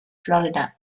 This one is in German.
florida